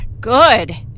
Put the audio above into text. good